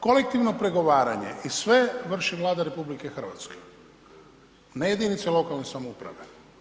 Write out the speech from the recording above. Kolektivno pregovaranje i sve, vrši Vlada RH, ne jedinice lokalne samouprave.